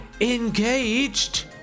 engaged